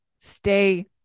stay